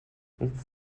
nichts